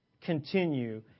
continue